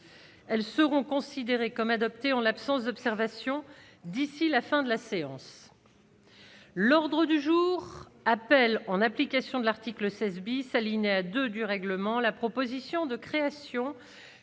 elles seront considérées comme adopté en l'absence d'observation, d'ici la fin de la séance, l'ordre du jour appelle en application de l'article 16 bis alinéa 2 du règlement, la proposition de création